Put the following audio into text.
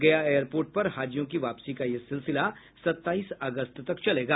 गया एयरपोर्ट पर हाजियों की वापसी का यह सिलसिला सत्ताईस अगस्त तक चलेगा